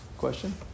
Question